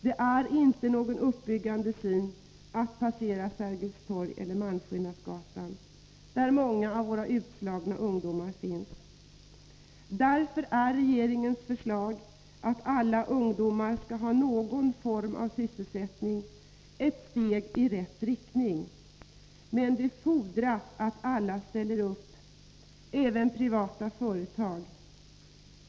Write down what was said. Det är inte någon uppbyggande syn att passera Sergels torg eller Malmskillnadsgatan, där många av våra utslagna ungdomar finns. Därför är regeringens förslag, att alla ungdomar skall ha någon form av sysselsättning, ett steg i rätt riktning. Men det fordras att alla ställer upp, även privata företag.